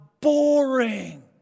boring